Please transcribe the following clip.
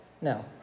No